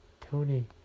Tony